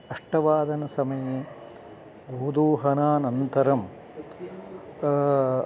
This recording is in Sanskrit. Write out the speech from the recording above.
अष्टवादनसमये गोदोहनानन्तरं